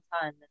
time